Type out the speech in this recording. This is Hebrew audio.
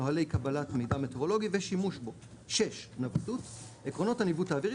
נהלי קבלת מידע מטאורולוגי ושימוש בו; נווטות - עקרונות הניווט האווירי,